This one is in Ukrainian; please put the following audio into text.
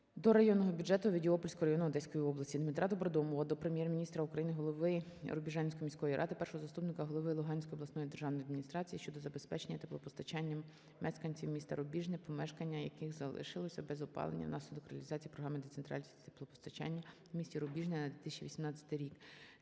до районного бюджету Овідіопольського району Одеської області. ДмитраДобродомова до Прем'єр-міністра України, Голови Рубіжанської міської ради, Першого заступника голови Луганської обласної державної адміністрації щодо забезпечення теплопостачанням мешканців міста Рубіжне, помешкання яких залишились без опалення, внаслідок реалізації "Програми децентралізації теплопостачання в місті Рубіжне на 2018 рік".